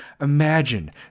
imagine